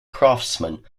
craftsman